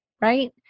right